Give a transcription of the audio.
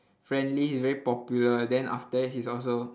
friendly he's very popular then after that he's also